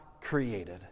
created